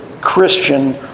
Christian